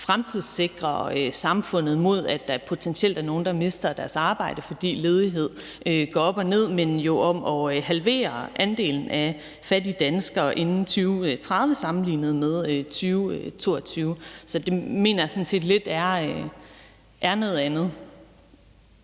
fremtidssikre samfundet mod, at der potentielt er nogle, der mister deres arbejde, fordi ledighed går op og ned, men om at halvere andelen af fattige danskere inden 2030 sammenlignet med 2022. Så det mener jeg sådan set lidt er noget andet.